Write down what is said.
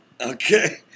Okay